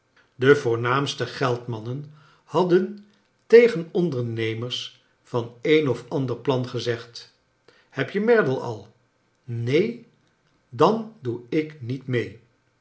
de voornaamste geldmannen hadden tegen ondernemers van een of ander plan gezegd heb je merdle al keen dan doe ik niet mee